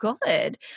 good